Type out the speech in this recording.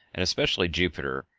and especially jupiter,